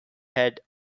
head